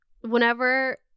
whenever